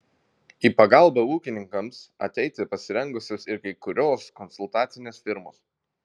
į pagalbą ūkininkams ateiti pasirengusios ir kai kurios konsultacinės firmos